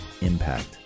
impact